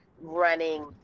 running